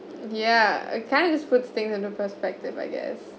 yeah it kind of puts things into perspective I guess